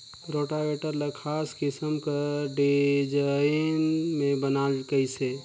rotavator ल खास किसम कर डिजईन में बनाल गइसे